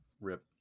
Rip